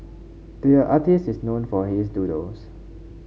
the artist is known for his doodles